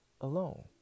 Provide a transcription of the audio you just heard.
alone